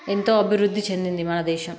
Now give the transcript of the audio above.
ఎంతో అభివృద్ధి చెందింది మన దేశం